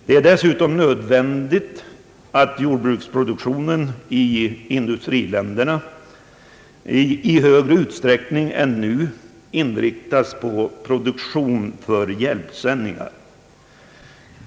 Det är dessutom nödvändigt att jordbruksproduktionen i industriländerna i högre utsträckning än nu inriktas på produktion för hjälpsändningar.